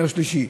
נר שלישי.